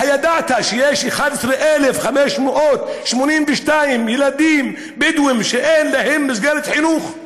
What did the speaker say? הידעת שיש 11,582 ילדים בדואים שאין להם מסגרת חינוך,